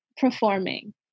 performing